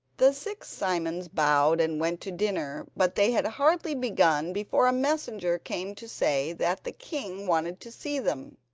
the six simons bowed and went to dinner. but they had hardly begun before a messenger came to say that the king wanted to see them.